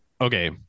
Okay